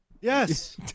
Yes